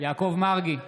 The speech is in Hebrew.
יעקב מרגי,